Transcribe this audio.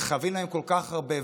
וחייבים להם כל כך הרבה,